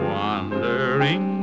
wandering